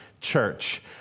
church